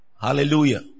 Hallelujah